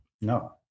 No